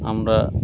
আমরা